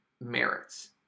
merits